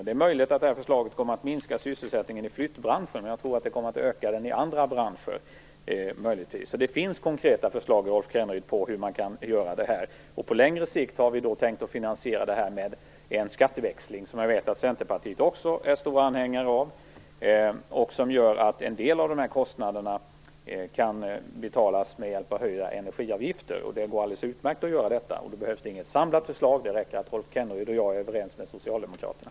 Den är möjligt att förslaget kommer att minska sysselsättningen i flyttbranschen, men jag tror att det möjligtvis kommer att öka den i andra branscher. Det finns konkreta förslag till hur man kan göra detta, På längre sikt hade vi tänkt att finansiera det med en skatteväxling, som jag vet att också Centerpartiet är stor anhängare av. Det gör att en del av dessa kostnader kan betalas med hjälp av höjda energiavgifter. Det går alldeles utmärkt att göra detta. Då behövs det inte något samlat förslag. Det räcker med att Rolf Kenneryd och jag är överens med Socialdemokraterna.